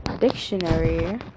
dictionary